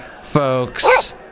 folks